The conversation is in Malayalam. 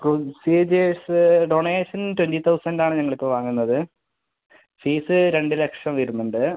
പ്രൊസീജിയേർസ് ഡൊണേഷൻ ട്വൻറ്റി തൗസൻഡ് ആണ് ഞങ്ങളിപ്പോൾ വാങ്ങുന്നത് ഫീസ് രണ്ട് ലക്ഷം വരുന്നുണ്ട്